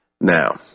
Now